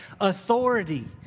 authority